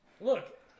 look